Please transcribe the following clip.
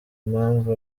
impamvu